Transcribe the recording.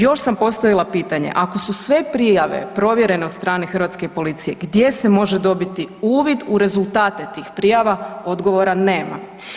Još sam postavila pitanje, ako su sve prijave provjerene od strane hrvatske policije gdje se može dobiti uvid u rezultate tih prijava odgovora nema.